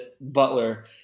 Butler